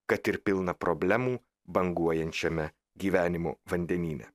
kad ir pilną problemų banguojančiame gyvenimo vandenyne